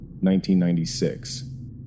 1996